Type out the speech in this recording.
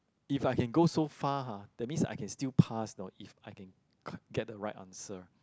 if I can go so far ha that means I can still pass you know if I can get get the right answer